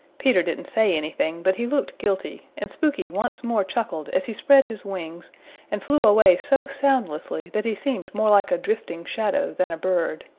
peter didn't say anything but he looked guilty, and spooky once more chuckled as he spread his wings and flew away so soundlessly that he seemed more like a drifting shadow than a bird.